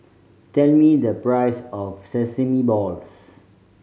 tell me the price of sesame balls